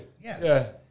Yes